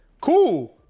Cool